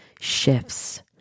shifts